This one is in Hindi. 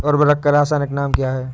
उर्वरक का रासायनिक नाम क्या है?